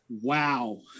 Wow